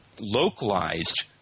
localized